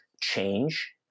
change